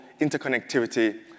interconnectivity